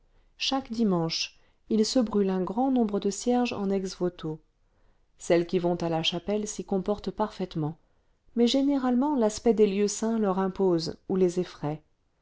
chaque dimanche il se brûle un grand nombre de cierges en ex-voto celles qui vont à la chapelle s'y comportent parfaitement mais généralement l'aspect des lieux saints leur impose ou les effraye